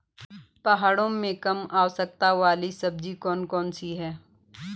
पहाड़ों में पानी की कम आवश्यकता वाली सब्जी कौन कौन सी हैं?